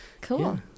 Cool